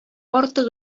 артык